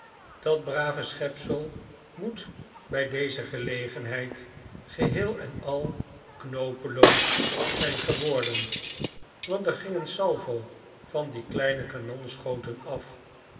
dat brave schepsel moet bij deze gelegenheid geheel en al knoopeloos zijn geworden want er ging een salvo van die kleine kanonschoten af